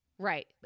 Right